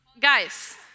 Guys